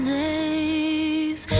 days